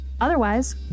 Otherwise